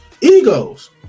egos